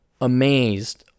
amazed